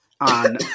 on